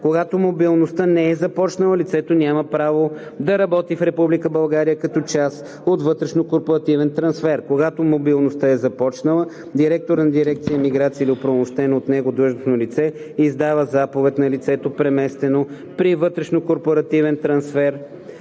Когато мобилността не е започнала, лицето няма право да работи в Република България като част от вътрешнокорпоративен трансфер. Когато мобилността е започнала, директорът на дирекция „Миграция“ или оправомощено от него длъжностно лице издава заповед на лицето, преместено при вътрешнокорпоративен трансфер,